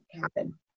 happen